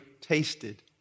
tasted